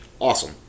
Awesome